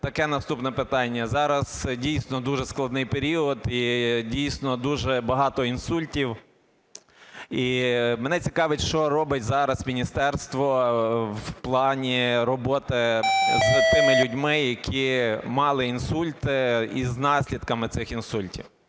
таке наступне питання. Зараз, дійсно, дуже складний період і, дійсно, дуже багато інсультів. І мене цікавить, що робить зараз міністерство в плані роботи з тими людьми, які мали інсульти, і з наслідками цих інсультів.